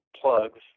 plugs